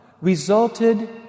resulted